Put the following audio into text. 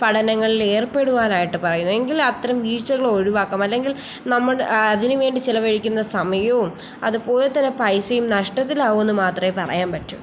പഠനങ്ങളിൽ ഏർപ്പെടുവാനായിട്ട് പറയുക എങ്കിൽ അത്രയും വീഴ്ച്ചകൾ ഒഴുവാക്കാം അല്ലെങ്കിൽ നമ്മൾ അതിനുവേണ്ടി ചിലവഴിക്കുന്ന സമയവും അതുപോലെത്തന്നെ പൈസയും നഷ്ടത്തിലാവുമെന്നു മാത്രമേ പറയാൻ പറ്റു